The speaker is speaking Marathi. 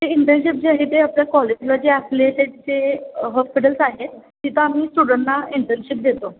ते इंटर्नशिप जे आहे ते आपल्या कॉलेजला जे ॲफलेटेड जे हॉस्पिटल्स आहेत तिथं आम्ही स्टुडंटना इंटर्नशिप देतो